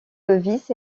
levis